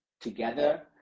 together